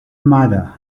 mother